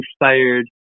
inspired